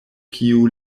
kiu